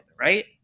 right